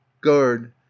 Guard